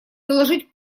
заложить